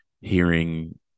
hearing